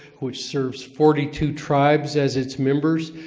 which serves forty two tribes as its members,